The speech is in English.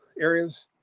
areas